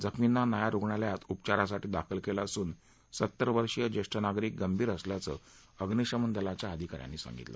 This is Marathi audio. जखमींना नायर रुग्णालयात उपचारांसाठी दाखल केलं असून सत्तर वर्षीय ज्येष्ठ नागरिक गंभीर असल्याचं अग्नीशमन दलाच्या अधिकाऱ्यांनी सांगितलं